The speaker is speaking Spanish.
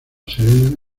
serena